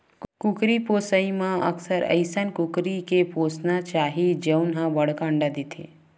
कुकरी पोसइ म अक्सर अइसन कुकरी के पोसना चाही जउन ह बड़का अंडा देथे